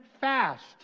fast